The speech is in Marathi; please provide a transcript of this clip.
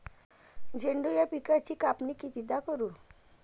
झेंडू या पिकाची कापनी कितीदा करू?